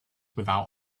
without